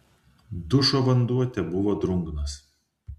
dušo vanduo tebuvo drungnas